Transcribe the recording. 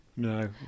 No